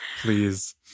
please